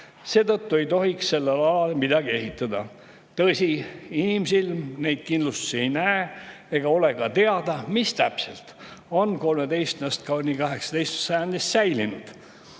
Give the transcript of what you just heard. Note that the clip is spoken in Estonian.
ei tohiks seal midagi ehitada. Tõsi, inimsilm neid kindlustusi ei näe ega ole ka teada, mis täpselt on 13.–18. sajandist säilinud.